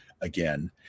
again